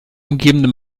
umgebende